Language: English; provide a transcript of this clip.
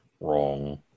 wrong